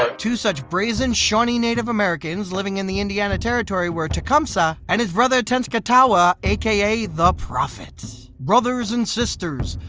ah two such brazen shawnee native americans living in the indiana territory were tecumseh, and his brother tenskwatawa, aka the prophet. brothers and sisters.